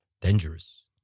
dangerous